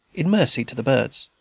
in mercy to the birds.